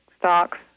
stocks